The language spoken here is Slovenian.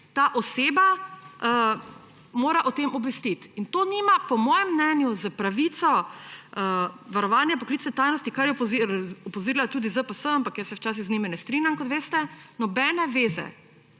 ta oseba o tem obvestiti. In to nima po mojem mnenju s pravico varovanja poklicne tajnosti, kar je opozorila tudi ZPS, ampak jaz se včasih z njimi ne strinjam, kot veste, nobene zveze.